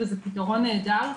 זה פתרון נהדר.